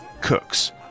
cooks